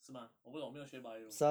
是吗我不懂我没有学 bio